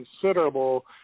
considerable